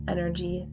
energy